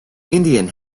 indian